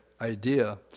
idea